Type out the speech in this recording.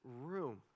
room